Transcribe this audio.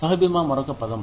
సహాబీమా మరొక పదం